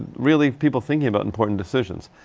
really people thinking about important decisions.